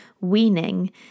weaning